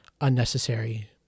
unnecessary